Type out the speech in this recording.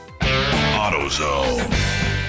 AutoZone